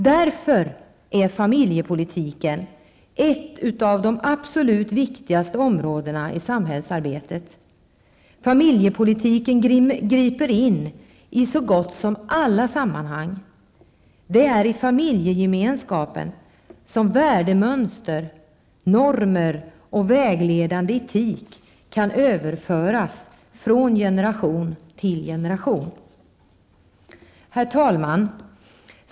Därför är familjepolitiken ett av de absolut viktigaste områdena i samhällsarbetet. Familjepolitiken griper in i så gott som alla sammanhang. Det är i familjegemenskapen som värdemönster, normer och vägledande etik kan överföras från generation till generation. Herr talman!